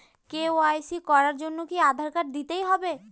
KYC করার জন্য কি আধার কার্ড দিতেই হবে?